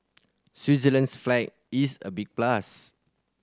Switzerland's flag is a big plus